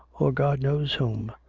or god knows whom!